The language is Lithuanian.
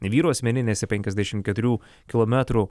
vyrų asmeninėse penkiasdešim keturių kilometrų